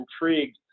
intrigued